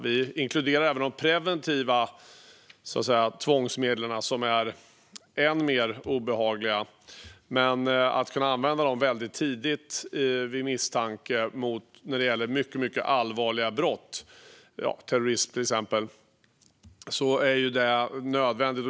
Vi inkluderar även de preventiva tvångsmedlen, som är än mer obehagliga. Att kunna använda dem väldigt tidigt vid misstanke om mycket allvarliga brott, till exempel terrorism, är nödvändigt.